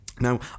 Now